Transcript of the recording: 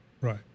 right